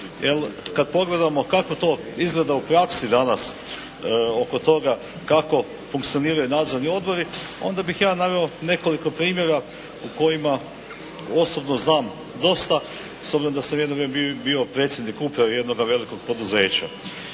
kada pogledamo kako to izgleda u praksi danas oko toga kako funkcioniraju nadzorni odbori, onda bih ja naveo nekoliko primjera u kojima ja osobno znam dosta, s obzirom da sam jednom ja bio predsjednik uprave jednoga velikoga poduzeća.